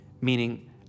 Meaning